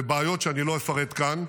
לבעיות שאני לא אפרט כאן.